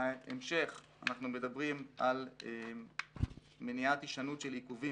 בהמשך אנחנו מדברים על מניעת הישנות של עיכובים